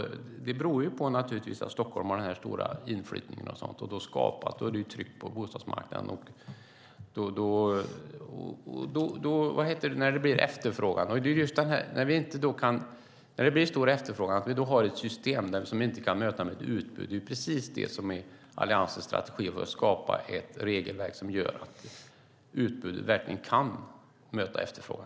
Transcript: Detta beror naturligtvis på att Stockholm har stor inflyttning och sådant. Då är det ett tryck på bostadsmarknaden. När det blir stor efterfrågan har vi ett system där vi inte kan möta den med ett utbud. Det är precis detta som är Alliansens strategi för att skapa ett regelverk som gör att utbudet verkligen kan möta efterfrågan.